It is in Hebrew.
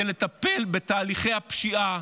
זה לטפל בתהליכי הפשיעה,